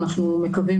אנחנו מקווים